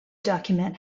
document